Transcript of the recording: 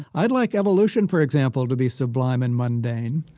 i'd like evolution, for example, to be sublime and mundane.